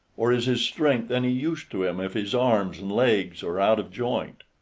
or is his strength any use to him if his arms and legs are out of joint?